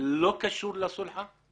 ולא קשור לסולחה.